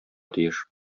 тиеш